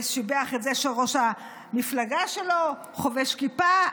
ושיבח את זה שראש המפלגה שלו חובש כיפה,